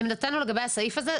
עמדתנו לגבי הסעיף הזה,